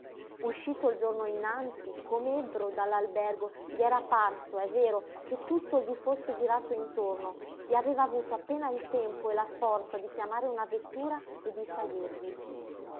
uscito il giorno innanzi com'ebbro dall'albergo gli era parso è vero che tutto gli fosse girato intorno e aveva avuto appena il tempo e la forza di chiamare una vettura e di salirvi